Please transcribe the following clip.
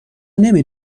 نمی